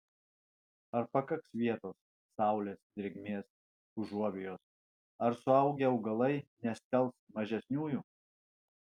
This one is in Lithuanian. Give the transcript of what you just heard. ar pakaks vietos saulės drėgmės užuovėjos ar suaugę augalai nestelbs mažesniųjų